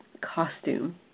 costume